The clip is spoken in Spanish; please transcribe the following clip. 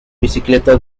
bicicleta